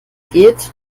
geht